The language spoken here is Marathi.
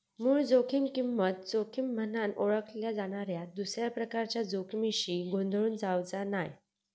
मूळ जोखीम किंमत जोखीम म्हनान ओळखल्या जाणाऱ्या दुसऱ्या प्रकारच्या जोखमीशी गोंधळून जावचा नाय